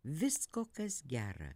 visko kas gera